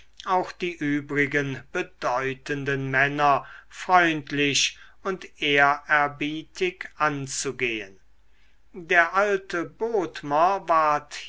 auch die übrigen bedeutenden männer freundlich und ehrerbietig anzugehen der alte bodmer ward